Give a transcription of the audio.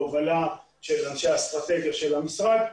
בהובלה של אנשי האסטרטגיה של המשרד,